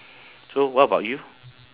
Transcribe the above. so what about you